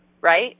right